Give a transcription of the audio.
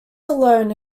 alone